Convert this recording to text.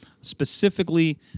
specifically